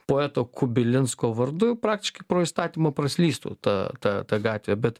poeto kubilinsko vardu praktiškai pro įstatymą praslystų ta ta ta gatvė bet